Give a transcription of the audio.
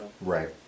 Right